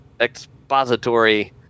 expository